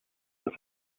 this